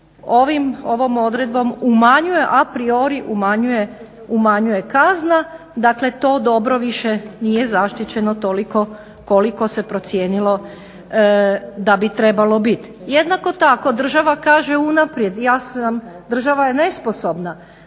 ovom odredbom umanjuje a priori umanjuje kazna, dakle to dobro više nije zaštićeno toliko koliko se procijenilo da bi trebalo biti. Jednako tako država kaže unaprijed, država je nesposobna,